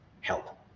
help